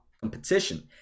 competition